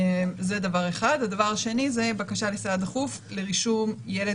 הדבר השני הוא בקשה לסעד דחוף לרישום ילד